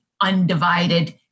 undivided